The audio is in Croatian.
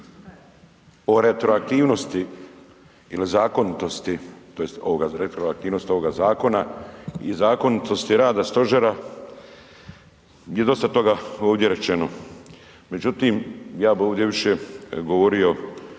o retroaktivnosti ili zakonitosti tj. ovoga rektroaktivnosti ovoga zakona i zakonitosti rada stožera je dosta toga ovdje rečeno. Međutim, ja bi ovdje više govorio o